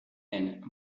and